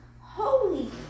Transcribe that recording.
holy